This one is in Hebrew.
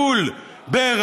התשלום איננו מתקיים כאן.